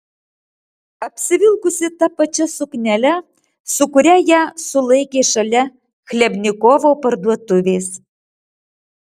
apsivilkusi ta pačia suknele su kuria ją sulaikė šalia chlebnikovo parduotuvės